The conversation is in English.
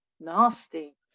nasty